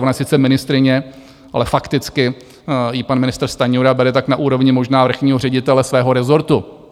Ona je sice ministryně, ale fakticky ji pan ministr Stanjura bere tak na úrovni možná vrchního ředitele svého rezortu.